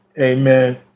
Amen